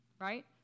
right